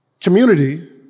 Community